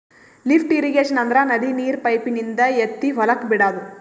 lift irrigation ಅಂದ್ರ ನದಿ ನೀರ್ ಪೈಪಿನಿಂದ ಎತ್ತಿ ಹೊಲಕ್ ಬಿಡಾದು